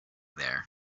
there